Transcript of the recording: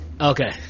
Okay